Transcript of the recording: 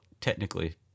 technically